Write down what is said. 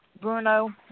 Bruno